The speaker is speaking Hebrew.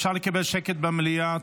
אפשר לקבל שקט במליאה?